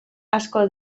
asko